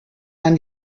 man